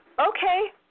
Okay